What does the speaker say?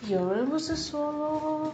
有人不是说 lor